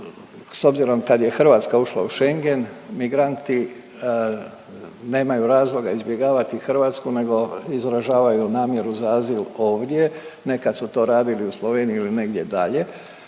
s obzirom kad je Hrvatska ušla u Schengen migranti nemaju razloga izbjegavati Hrvatsku nego izražavaju namjeru za azil ovdje, nekad su to radili u Sloveniji ili negdje dalje